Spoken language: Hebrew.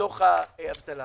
בתוך האבטלה.